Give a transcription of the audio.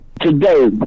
today